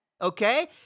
okay